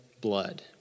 blood